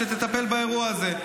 שתטפל באירוע הזה.